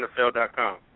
NFL.com